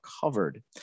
covered